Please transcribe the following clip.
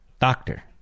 doctor